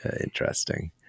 interesting